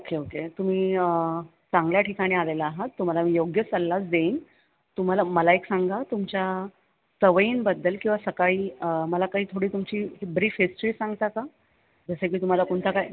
okay okay तुम्ही चांगल्या ठिकाणी आलेला आहात तुम्हाला मी योग्यच सल्लाच देईन तुम्हाला मला एक सांगा तुमच्या सवयींबद्दल किंवा सकाळी मला काही थोडी तुमची ब्रीफ हिस्ट्री सांगता का जसं की तुम्हाला कोणता काय